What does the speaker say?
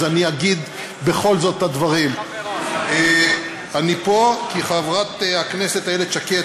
אז אגיד בכל זאת את הדברים: אני פה כי חברת הכנסת איילת שקד,